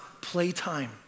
playtime